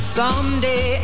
someday